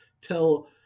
Tell